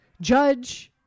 judge